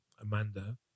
Amanda